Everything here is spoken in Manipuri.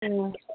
ꯎꯝ